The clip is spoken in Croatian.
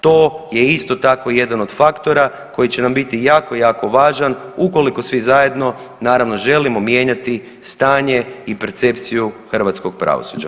To je isto tako jedan od faktora koji će nam biti jako, jako važan ukoliko svi zajedno naravno želimo mijenjati stanje i percepciju hrvatskog pravosuđa.